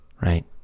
right